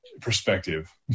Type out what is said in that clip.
perspective